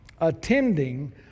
attending